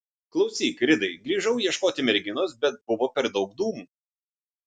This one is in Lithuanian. klausyk ridai grįžau ieškoti merginos bet buvo per daug dūmų